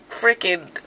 freaking